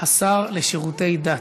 השר לשירותי דת.